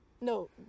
No